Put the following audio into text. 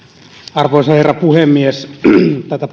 arvoisa herra puhemies tätä